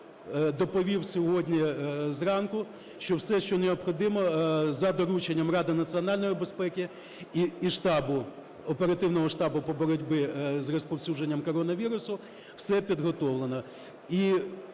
доповів сьогодні зранку, що все, що необхідно за дорученням Ради національної безпеки і штабу, оперативного штабу по боротьбі з розповсюдженням коронавірусу, все підготовлено.